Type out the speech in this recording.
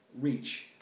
reach